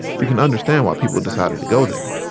you can understand why people decided to go there